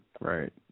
right